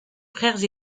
frères